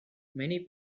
many